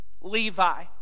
Levi